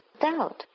doubt